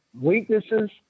weaknesses